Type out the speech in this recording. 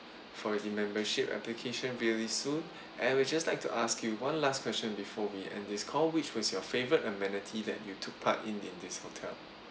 for the membership application very soon and we just like to ask you one last question before we end this call which was your favourite amenity that you took part in in this hotel